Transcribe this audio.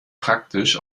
praktisch